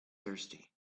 thirsty